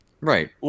Right